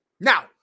Now